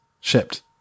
Shipped